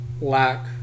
lack